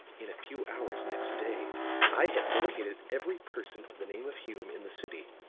in a few hours next day i had located every person of the name of hume in the city.